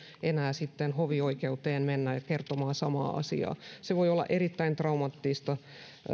enää sitten hovioikeuteen mennä kertomaan samaa asiaa se voi olla erittäin traumaattista